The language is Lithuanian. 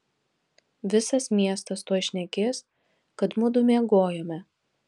visas miestas tuoj šnekės kad mudu miegojome